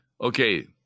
Okay